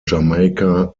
jamaica